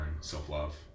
self-love